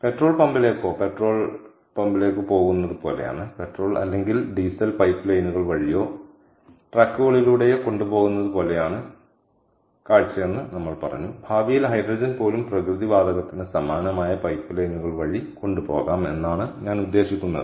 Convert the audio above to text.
petrol പമ്പിലേക്കോ petrol പമ്പിലേക്കോ പോകുന്നത് പോലെയാണ് പെട്രോൾ അല്ലെങ്കിൽ ഡീസൽ പൈപ്പ് ലൈനുകൾ വഴിയോ ട്രക്കുകളിലൂടെയോ കൊണ്ടുപോകുന്നത് പോലെയാണ് കാഴ്ചയെന്ന് നമ്മൾ പറഞ്ഞു ഭാവിയിൽ ഹൈഡ്രജൻ പോലും പ്രകൃതി വാതകത്തിന് സമാനമായ പൈപ്പ് ലൈനുകൾ വഴി കൊണ്ടുപോകാം എന്നാണ് ഞാൻ ഉദ്ദേശിക്കുന്നത്